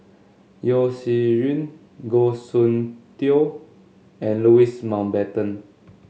Yeo Shih Yun Goh Soon Tioe and Louis Mountbatten